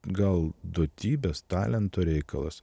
gal duotybės talento reikalas